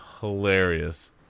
hilarious